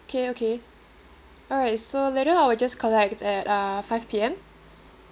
okay okay alright so later I will just collect at uh five P_M